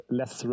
less